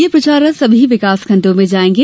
यह प्रचार रथ सभी विकास खण्डों में जायेंगे